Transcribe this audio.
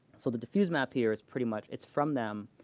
so the diffuse map here is pretty much it's from them.